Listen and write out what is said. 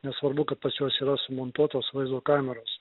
nesvarbu kad pas juos yra sumontuotos vaizdo kameros